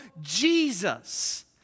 Jesus